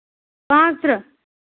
پانژھ تٕرٛہ